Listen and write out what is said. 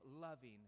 loving